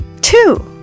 Two